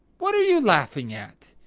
what are you laughing at?